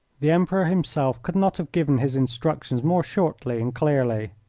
the emperor himself could not have given his instructions more shortly and clearly.